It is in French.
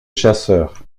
chasseurs